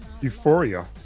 Euphoria